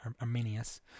Arminius